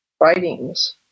writings